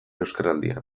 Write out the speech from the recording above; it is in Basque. euskaraldian